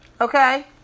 okay